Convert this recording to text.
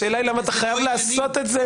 השאלה היא למה אתה חייב לעשות את זה